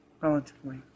relatively